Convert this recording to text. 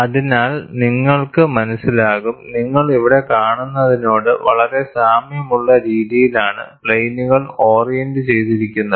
അതിനാൽ നിങ്ങൾക്കു മനസ്സിലാകും നിങ്ങൾ ഇവിടെ കാണുന്നതിനോട് വളരെ സാമ്യമുള്ള രീതിയിലാണ് പ്ലെയിനുകൾ ഓറിയെന്റ ചെയ്തിരിക്കുന്നത്